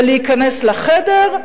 ולהיכנס לחדר,